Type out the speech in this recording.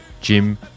Jim